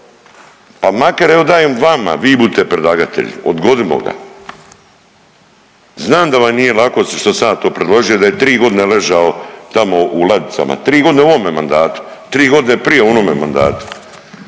pa makar evo dajem vama vi budite predlagatelji, odgodimo ga, znam da vam nije lako što sam ja to predložio, da je 3.g. ležao tamo u ladicama, 3.g. u ovome mandatu, 3.g. prije u onome mandatu,